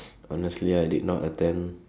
honestly I did not attempt